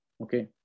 Okay